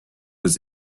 his